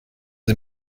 sie